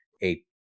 eight